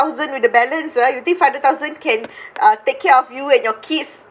thousand with the balance ah you think five hundred thousand can uh take care of you and your kids